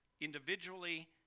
individually